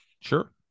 Sure